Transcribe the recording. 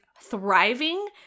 thriving